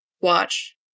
watch